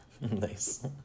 nice